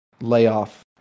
layoff